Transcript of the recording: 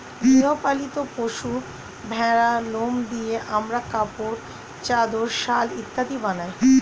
গৃহ পালিত পশু ভেড়ার লোম দিয়ে আমরা কাপড়, চাদর, শাল ইত্যাদি বানাই